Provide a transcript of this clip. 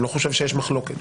אני לא חושב שיש מחלוקת.